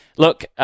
Look